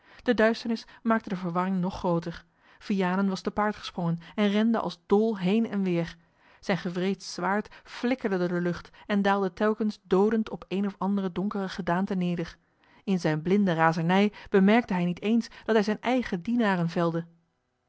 de duisternis maakte de verwarring nog grooter vianen was te paard gesprongen en rende als dol heen en weer zijn gevreesd zwaard flikkerde door de lucht en daalde telkens doodend op eene of andere donkere gedaante neder in zijn blinde razernij bemerkte hij niet eens dat hij zijn eigen dienaren velde